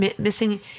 Missing